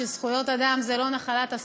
זכויות אדם זה לא נחלת השמאל.